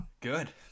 Good